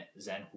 Zen